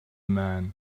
man